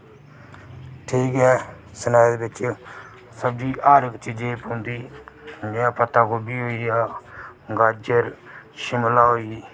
ठीक ऐ स्नैक्स बिच सब्जी हर इक चीजै दी पौंदी जि'यां पत्ता गोभी होई गेआ जि'यां शिमला होई